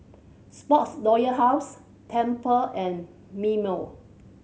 Sports Royal House Tempur and Mimeo